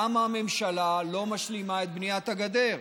למה הממשלה לא משלימה את בניית הגדר?